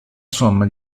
somma